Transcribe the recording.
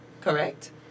Correct